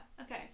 okay